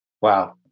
Wow